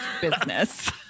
business